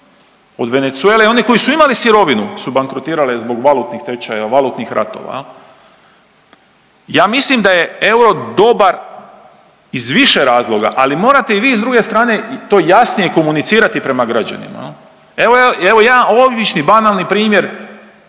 od Venezuele i oni koji su imali sirovinu su bankrotirale zbog valutnih tečaja, valutnih ratova. Ja mislim da je euro dobar iz više razloga, ali morate i vi s druge strane to jasnije komunicirati prema građanima. Evo, jedan obični banalni primjer